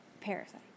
Parasite